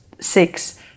six